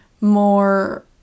more